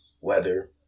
weather